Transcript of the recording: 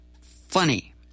Funny